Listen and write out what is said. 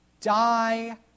die